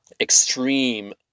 extreme